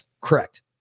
Correct